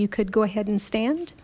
you could go ahead and stand